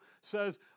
says